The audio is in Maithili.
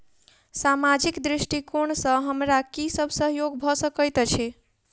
सामाजिक दृष्टिकोण सँ हमरा की सब सहयोग भऽ सकैत अछि?